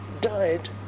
died